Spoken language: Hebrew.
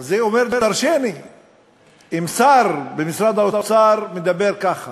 אבל זה אומר דורשני אם שר במשרד האוצר מדבר ככה.